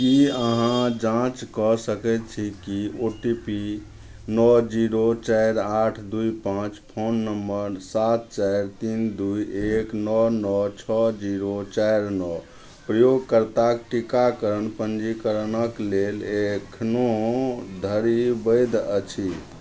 की अहाँ जाँच कऽ सकैत छी कि ओ टी पी नओ जीरो चारि आठ दूइ पाँच फोन नंबर सात चारि तीन दूइ एक नओ नओ छओ जीरो चारि नओ प्रयोगकर्ताके टीकाकरण पञ्जीकरणक लेल एखनो धरी वैध अछि